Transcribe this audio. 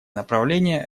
направление